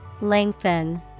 Lengthen